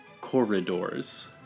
corridors